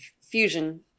fusion